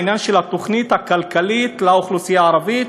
העניין של התוכנית הכלכלית לאוכלוסייה הערבית,